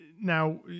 Now